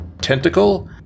tentacle